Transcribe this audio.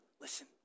Listen